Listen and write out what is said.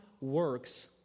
works